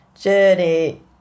journey